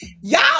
y'all